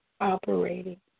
operating